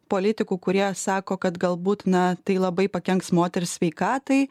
politikų kurie sako kad galbūt na tai labai pakenks moters sveikatai